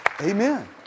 Amen